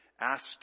asked